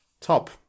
Top